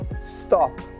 Stop